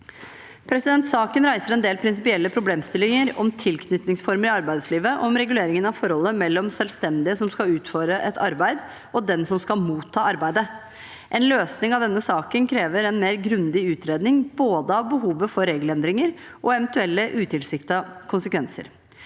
Saken reiser en del prinsipielle problemstillinger om tilknytningsformer i arbeidslivet og om reguleringen av forholdet mellom selvstendige som skal utføre et arbeid, og den som skal motta arbeidet. En løsning av denne saken krever en mer grundig utredning, både av behovet for regelendringer og av eventuelle utilsiktede konsekvenser.